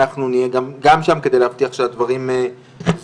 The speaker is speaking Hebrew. אנחנו נהיה גם שם כדי להבטיח שהדברים זורמים.